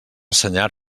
senyar